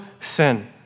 sin